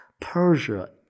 Persia